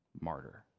Martyr